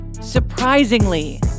Surprisingly